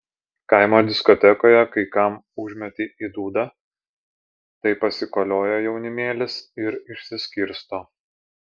kaimo diskotekoje kai kam užmeti į dūdą tai pasikolioja jaunimėlis ir išsiskirsto